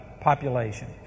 population